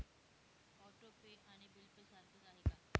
Auto pay आणि bill pay सारखेच आहे का?